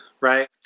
right